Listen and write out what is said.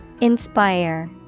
Inspire